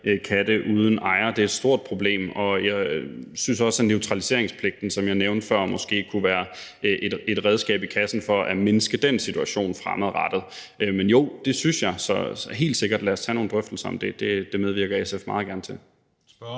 katte uden ejer, er et stort problem. Og jeg synes også, at neutraliseringspligten, som jeg nævnte før, måske kunne være et redskab i kassen for at mindske den situation fremadrettet. Men jo, det synes jeg, helt sikkert. Lad os tage nogle drøftelser om det. Det medvirker SF meget gerne til.